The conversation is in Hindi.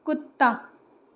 कुत्ता